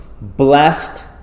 Blessed